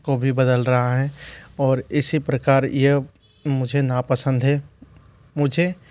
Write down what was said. को भी बदल रहा है और इसी प्रकार यह मुझे नापसंद है मुझे